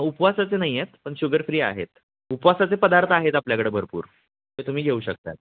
उपवासाचे नाही आहेत पण शुगर फ्री आहेत उपवासाचे पदार्थ आहेत आपल्याकडे भरपूर ते तुम्ही घेऊ शकता